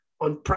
on